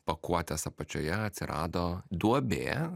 pakuotės apačioje atsirado duobė